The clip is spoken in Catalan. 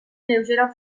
lleugera